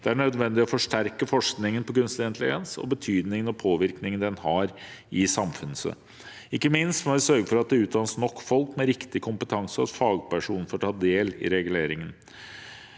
Det er nødvendig å forsterke forskningen på kunstig intelligens og betydningen og påvirkningen det har i samfunnet. Ikke minst må vi sørge for at det utdannes nok folk med riktig kompetanse, og at fagpersoner får ta del i reguleringen.